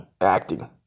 acting